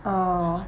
oh